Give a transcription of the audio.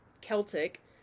celtic